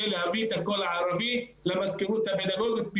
להביא את הקול הערבי למזכירות הפדגוגית.